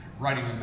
writing